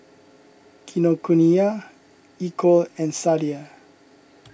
Kinokuniya Equal and Sadia